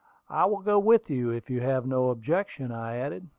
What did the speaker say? i will go with you, if you have no objection, i added.